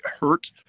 hurt